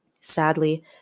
Sadly